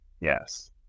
Yes